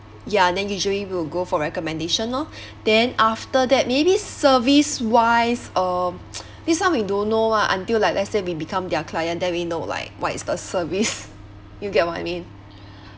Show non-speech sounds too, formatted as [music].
ya then usually will go for recommendation lor [breath] then after that maybe service wise uh [noise] this one we don't know lah until like let's say we become their client then we know like what is the service you get what I mean